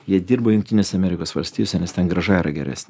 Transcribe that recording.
jie dirba jungtinėse amerikos valstijose nes ten grąža yra geresnė